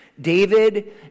David